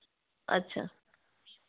अच्छा